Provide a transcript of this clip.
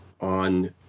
on